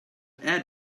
add